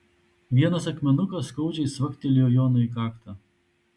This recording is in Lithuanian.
vienas akmenukas skaudžiai cvaktelėjo jonui į kaktą